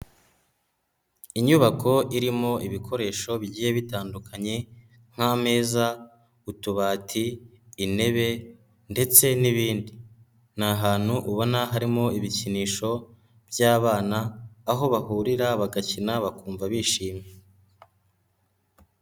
Inyubako irimo ibikoresho bigiye bitandukanye nk'ameza, utubati, intebe ndetse n'ibindi, ni ahantutu ubona harimo ibikinisho by'abana, aho bahurira bagakina bakumva bishimye.